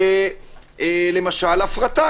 למשל, להפרטה.